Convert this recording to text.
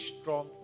strong